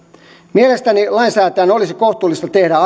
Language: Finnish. mielestäni lainsäätäjän olisi kohtuullista tehdä